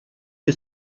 que